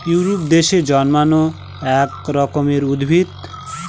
Europe দেশে জন্মানো এক রকমের উদ্ভিদ